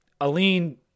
Aline